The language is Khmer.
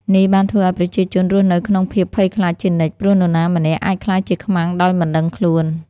នេះបានធ្វើឱ្យប្រជាជនរស់នៅក្នុងភាពភ័យខ្លាចជានិច្ច ព្រោះនរណាម្នាក់អាចក្លាយជាខ្មាំងដោយមិនដឹងខ្លួន។